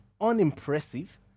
unimpressive